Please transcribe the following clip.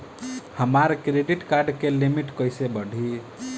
हमार credit card के limit कइसे बढ़ी?